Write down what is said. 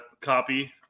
copy